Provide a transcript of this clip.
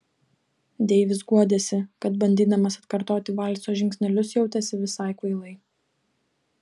deivis guodėsi kad bandydamas atkartoti valso žingsnelius jautėsi visai kvailai